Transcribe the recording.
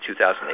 2008